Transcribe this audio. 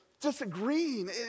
disagreeing